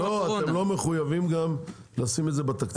לא יודע אם אתם מחויבים גם לשים את זה בתקציב.